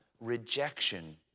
rejection